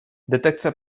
detekce